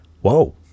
Whoa